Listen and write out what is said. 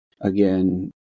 again